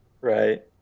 right